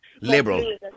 Liberal